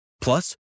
Plus